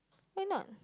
why not